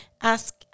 ask